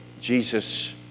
Jesus